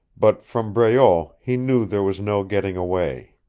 but from breault he knew there was no getting away.